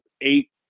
eight